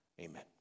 Amen